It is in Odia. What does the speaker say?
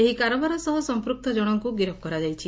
ଏହି କାରବାର ସହ ସଂପୂକ୍ତ ଜଣଙ୍କୁ ଗିରଫ କରାଯାଇଛି